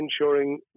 ensuring